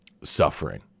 suffering